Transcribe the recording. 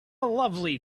lovely